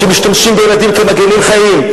כשמשתמשים בילדים כמגינים חיים?